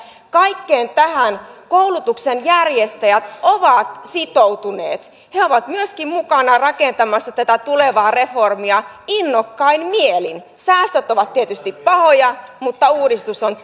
kaikkeen tähän koulutuksen järjestäjät ovat sitoutuneet he ovat myöskin mukana rakentamassa tätä tulevaa reformia innokkain mielin säästöt ovat tietysti pahoja mutta uudistus on